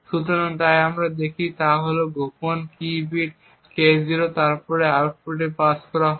সুতরাং তাই আমরা যা দেখি তা হল গোপন কী বিট K0 তারপর আউটপুটে পাস করা হয়